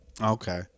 Okay